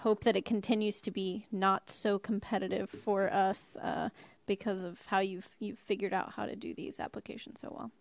hope that it continues to be not so competitive for us because of how you've you've figured out how to do these applications so